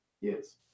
Yes